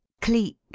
cleek